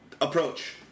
approach